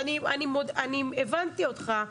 אז הבנתי אותך.